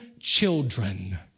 Children